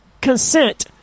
consent